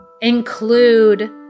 include